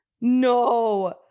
No